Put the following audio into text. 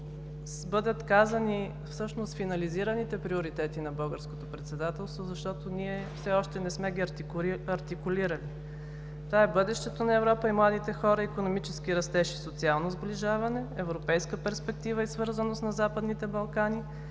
бъдат казани всъщност финализираните приоритети на българското председателство, защото ние все още не сме ги артикулирали. Това е „Бъдещето на Европа и младите хора“, „Икономически растеж и социално сближаване“, „Европейска перспектива и свързаност на Западните Балкани“,